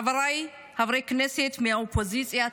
חבריי חברי הכנסת מהאופוזיציה.